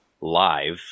live